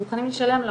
אנחנו מוכנים לשלם לו.